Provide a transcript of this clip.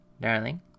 Darling